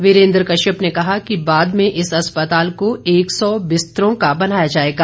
वीरेन्द्र कश्यप ने कहा कि बाद में इस अस्पताल को एक सौ बिस्तरों का बनाया जाएगा